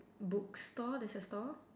bookstore there's a store